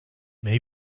may